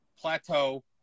plateau